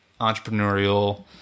entrepreneurial